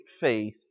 faith